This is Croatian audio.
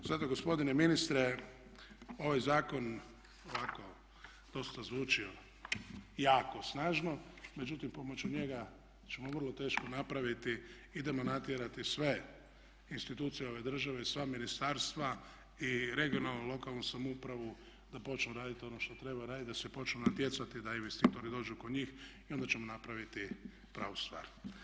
Zato gospodine ministre ovaj zakon ovako dosta zvuči jako snažno međutim pomoću njega ćemo vrlo teško napraviti, idemo natjerati sve institucije ove države, sva ministarstva i regionalnu i lokalnu samoupravu da počnemo raditi ono što treba raditi da se počnu natjecati da investitori dođu kod njih i onda ćemo napraviti pravu stvar.